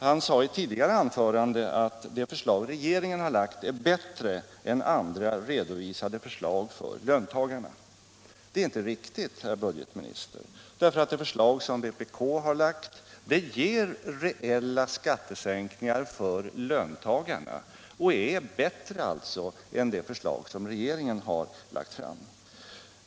Han sade i ett tidigare anförande att det förslag regeringen har lagt fram är bättre än andra redovisade förslag för löntagarna. Det är inte riktigt, herr budgetminister, därför att det förslag som vpk har lagt fram ger reella skattesänkningar för löntagarna och är alltså bättre än det förslag som regeringen har lagt fram.